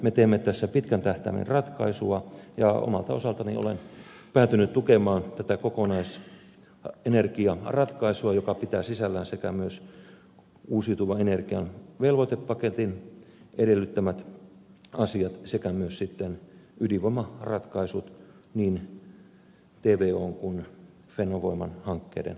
me teemme tässä pitkän tähtäimen ratkaisua ja omalta osaltani olen päätynyt tukemaan tätä kokonaisenergiaratkaisua joka pitää sisällään sekä uusiutuvan energian velvoitepaketin edellyttämät asiat että myös ydinvoimaratkaisut niin tvon kuin fennovoiman hankkeiden osalta